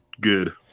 good